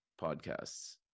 podcasts